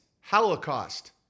Holocaust